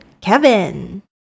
Kevin